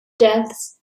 depths